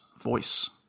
voice